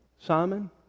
Simon